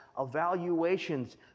evaluations